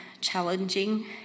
challenging